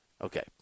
Okay